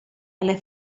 alle